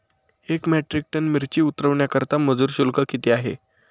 एक metric ton मिरची उतरवण्याकरता मजूर शुल्क किती आहे?